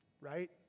right